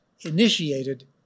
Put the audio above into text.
initiated